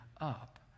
up